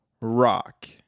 rock